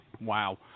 Wow